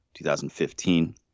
2015